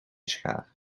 schaar